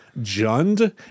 Jund